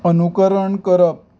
अनुकरण करप